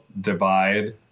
divide